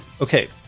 Okay